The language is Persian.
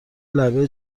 لبه